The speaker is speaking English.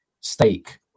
steak